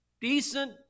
decent